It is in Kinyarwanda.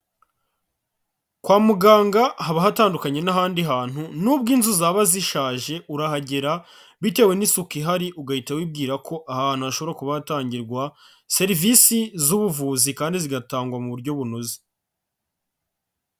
Kwa muganga haba hatandukanye n'ahandi hantu, n'ubwo inzu zaba zishaje, urahagera bitewe n'isuku ihari ugahita wibwira ko aha hantu hashobora kuba hatangirwa serivisi z'ubuvuzi kandi zigatangwa mu buryo bunoze.